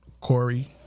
Corey